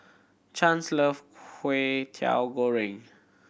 Chance love Kway Teow Goreng